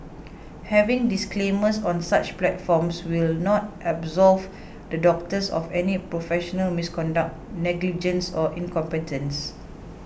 having disclaimers on such platforms will not absolve the doctors of any professional misconduct negligence or incompetence